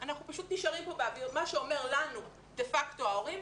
אנחנו פשוט נשארים כאן באוויר מה שאומר לנו דה פקטו ההורים